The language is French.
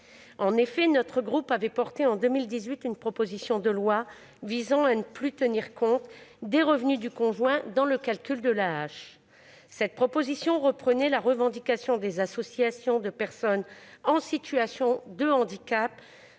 En effet, notre groupe avait porté, en 2018, une proposition de loi visant à ne plus tenir compte des revenus du conjoint dans le calcul de l'AAH. Cette proposition reprenait la revendication des associations de personnes en situation de handicap